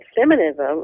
feminism